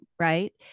Right